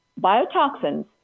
Biotoxins